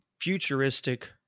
futuristic